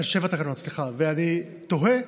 אני תוהה,